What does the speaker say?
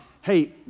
hey